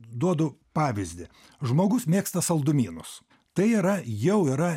duodu pavyzdį žmogus mėgsta saldumynus tai yra jau yra